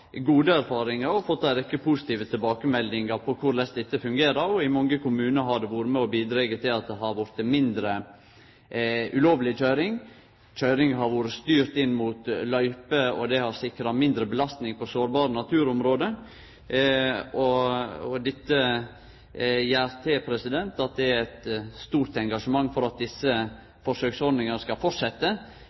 gode erfaringar og fått ei rekkje positive tilbakemeldingar på korleis dette fungerer, og i mange kommunar har dette bidrege til at det har blitt mindre ulovleg køyring. Køyringa har blitt styrt inn mot løyper, og det har sikra mindre belastning på sårbare naturområde. Dette gjer sitt til at det er eit stort engasjement for at desse forsøksordningane skal